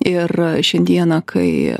ir šiandieną kai